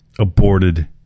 aborted